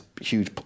huge